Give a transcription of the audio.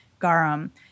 garum